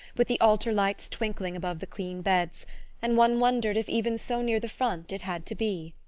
with the altar lights twinkling above the clean beds and one wondered if even so near the front, it had to be.